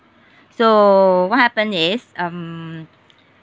so what happened is um